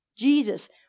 Jesus